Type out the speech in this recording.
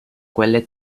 quelle